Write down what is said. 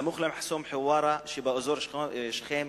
סמוך למחסום חווארה שבאזור שכם